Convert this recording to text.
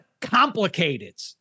complicated